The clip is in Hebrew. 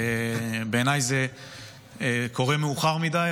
בעיניי זה קורה מאוחר מדי,